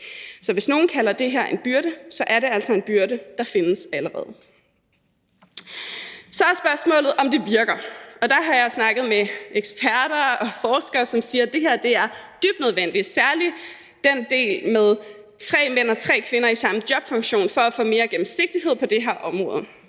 Så hvis nogen kalder det her en byrde, er det altså en byrde, der findes allerede. Så er spørgsmålet, om det virker. Og der har jeg snakket med eksperter og forskere, som siger, at det her er dybt nødvendigt, særlig den del med tre mænd og tre kvinder i samme jobfunktion, for at få mere gennemsigtighed på det her område.